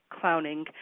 clowning